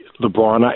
LeBron